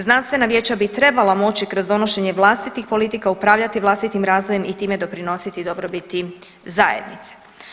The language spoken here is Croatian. Znanstvena vijeća bi trebala moći kroz donošenje vlastitih politika upravljati vlastitim razvojem i time doprinositi dobrobiti zajednice.